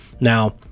Now